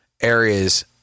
areas